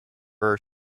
are